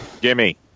Gimme